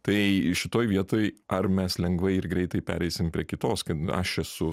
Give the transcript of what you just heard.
tai šitoj vietoj ar mes lengvai ir greitai pereisim prie kitos kad aš esu